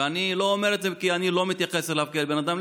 ואני לא אומר את זה כי אני לא מתייחס אליו כאל בן אדם,